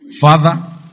Father